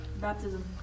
Baptism